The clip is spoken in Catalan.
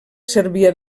servia